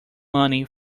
money